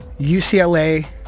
UCLA